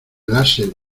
láser